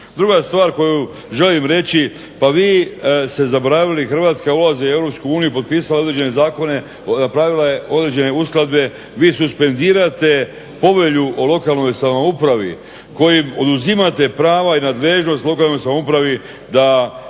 Druga stvar koju želim reći, pa vi ste zaboravili da Hrvatska ulazi u EU, potpisala je određene zakone, napravila je određene uskladbe. Vi suspendirate Povelju o lokalnoj samoupravu kojim oduzimate prava i nadležnost lokalnoj samoupravi da